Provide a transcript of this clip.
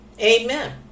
Amen